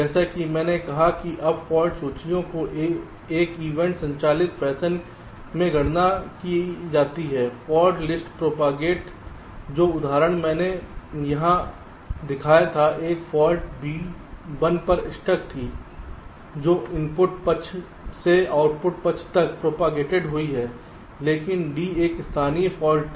जैसा कि मैंने कहा अब फॉल्ट सूचियों को एक इवेंट संचालित फैशन में गणना की जाती है फाल्ट लिस्ट प्रोपागेट जो उदाहरण मैंने अभी यहां दिखाया था एक फाल्ट B 1 पर स्टक थी जो इनपुट पक्ष से आउटपुट पक्ष तक प्रोपागेटड हुई है लेकिन D एक स्थानीय फाल्ट थी